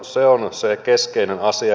se on se keskeinen asia